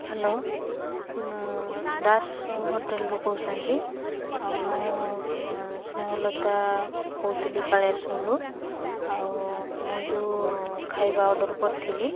hello Das ହୋଟେଲ୍ରୁ କହୁଛନ୍ତି ଆଉ ମୁଁ ସ୍ନେହଲତା କହୁଥିଲି କାଳିଆ ସୋଲ୍ରୁ ଆଉ ମୁଁ ଯେଉଁ ଖାଇବା ଅର୍ଡ଼ର୍ କରିଥିଲି